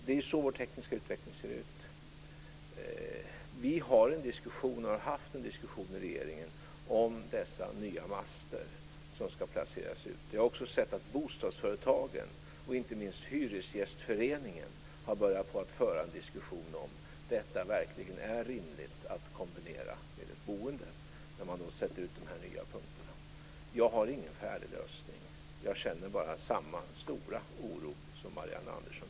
Det är så vår tekniska utveckling ser ut. Vi för en diskussion i regeringen om dessa nya master som ska placeras ut. Jag har också sett att bostadsföretagen och inte minst hyresgästföreningen har börjat föra en diskussion om det verkligen är rimligt att kombinera det med ett boende när man sätter ut de här nya punkterna. Jag har ingen färdig lösning. Jag känner samma stora oro som Marianne Andersson.